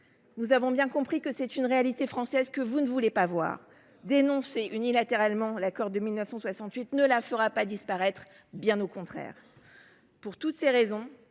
Nous avons bien compris que c’est une réalité française que vous ne voulez pas voir. Dénoncer unilatéralement l’accord de 1968 ne la fera pas disparaître, bien au contraire ! Pour toutes ces raisons,